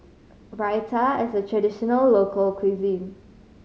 raita is a traditional local cuisine